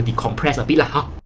decompressed a bit. and